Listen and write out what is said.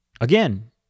again